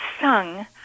sung